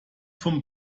vom